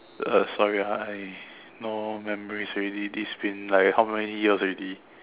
uh sorry I no memories already this been like how many years already